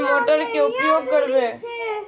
कौन मोटर के उपयोग करवे?